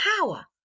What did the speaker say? power